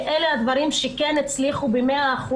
שהם הדברים שכן הצליחו ב-100%,